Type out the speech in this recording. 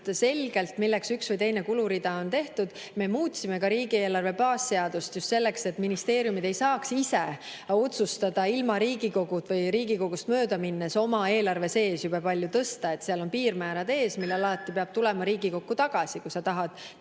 milleks üks või teine kulurida on.Me muutsime ka riigieelarve baasseadust just selleks, et ministeeriumid ei saaks ise otsustada, ilma Riigikoguta või Riigikogust mööda minnes, oma eelarve sees jube palju [ümber] tõsta. Seal on piirmäärad ees, millal peab alati tulema Riigikokku tagasi, kui sa tahad teha